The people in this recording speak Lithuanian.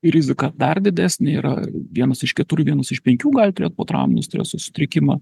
rizika dar didesnė yra vienas iš keturių vienas iš penkių gali turėt potrauminio streso sutrikimą